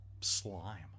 slime